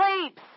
sleeps